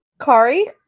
Kari